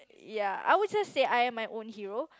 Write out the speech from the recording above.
ya I would just say I am my own hero